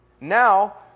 Now